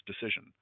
decision